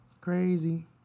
Crazy